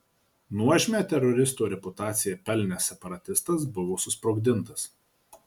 nuožmią teroristo reputaciją pelnęs separatistas buvo susprogdintas